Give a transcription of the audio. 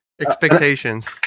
expectations